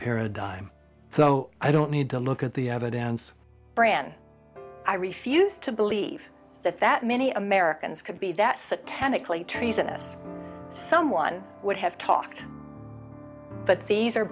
paradigm so i don't need to look at the evidence brann i refuse to believe that that many americans could be that satanically treasonous someone would have talked but